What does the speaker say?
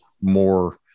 More